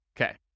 Okay